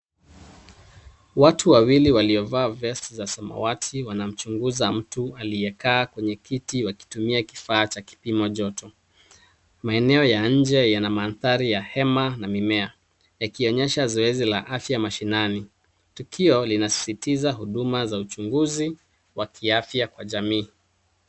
Watu wawili waliovaa vesti za samawati wanamchunguza mtu aliyekaa kwenye kiti wakitumia kifaa cha kipima joto. Maeneo ya nje yana mandhari ya hema na mimea yakionyesha zoezi la afya mashinani. Tukio linasisitiza huduma za uchunguzi wa kiafya Kwa jamii.